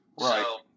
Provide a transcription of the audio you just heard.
Right